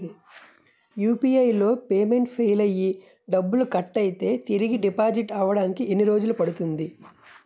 UPI లో payment fail అయ్యి డబ్బులు కట్ అయితే తిరిగి డిపాజిట్ అవ్వడానికి ఎన్ని రోజులు పడుతుంది?